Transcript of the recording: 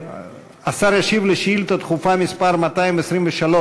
השר ישיב על שאילתה דחופה מס' 223,